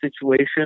situation